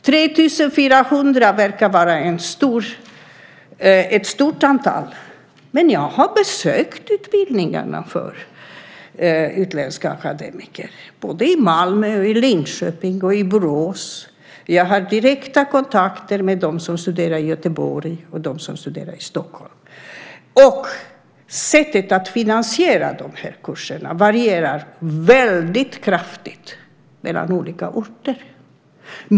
3 400 verkar vara ett stort antal, men jag har besökt utbildningarna för utländska akademiker, både i Malmö, Linköping och Borås. Jag har direkta kontakter med dem som studerar i Göteborg och i Stockholm. Sättet att finansiera de här kurserna varierar väldigt kraftigt mellan olika orter.